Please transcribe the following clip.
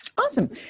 Awesome